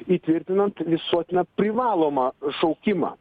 įtvirtinant visuotiną privalomą šaukimą